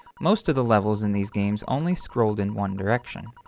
most of the levels in these games only scrolled in one direction.